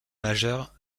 majeur